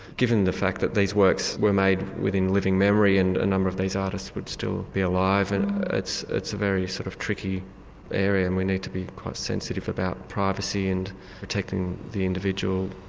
given the fact that these works were made within living memory and a number of these artists would still be alive, and it's it's a very sort of tricky area and we need to be quite sensitive about privacy and protecting the individual.